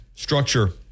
structure